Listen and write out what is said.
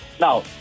now